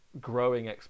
growing